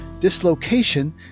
dislocation